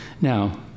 Now